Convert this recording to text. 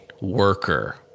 worker